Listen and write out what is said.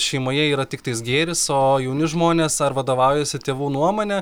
šeimoje yra tiktai gėris o jauni žmonės ar vadovaujasi tėvų nuomone